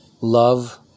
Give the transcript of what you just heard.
Love